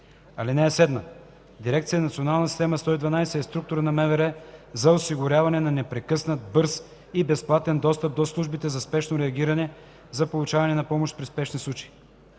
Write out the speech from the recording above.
документи. (7) Дирекция „Национална система 112” е структура на МВР за осигуряване на непрекъснат, бърз и безплатен достъп до службите за спешно реагиране за получаване на помощ при спешни случаи.